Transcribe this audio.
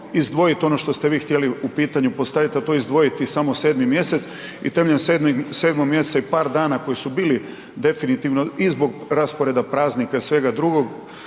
ono što ste vi htjeli u pitanju postaviti, a to je izdvojiti samo 7. mj. i temeljem 7. mjeseca i par dana koji su bili definitivno i zbog rasporeda praznika i svega drugog